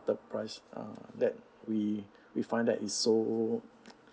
third price uh that we we find that is so